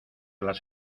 las